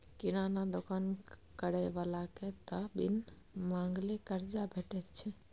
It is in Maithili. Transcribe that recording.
किराना दोकान करय बलाकेँ त बिन मांगले करजा भेटैत छै